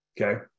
Okay